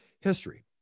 history